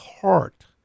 heart